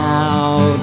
out